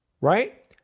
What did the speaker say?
Right